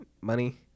money